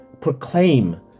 proclaim